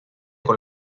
con